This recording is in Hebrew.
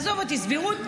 עזוב אותי סבירות,